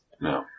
No